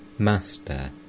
Master